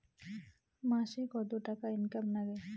মাসে কত টাকা ইনকাম নাগে?